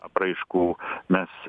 apraiškų mes